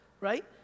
right